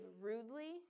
rudely